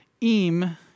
im